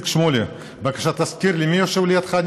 בבקשה תזכיר לי מי יושב לידך.